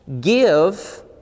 give